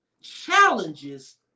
challenges